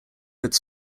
its